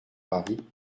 paris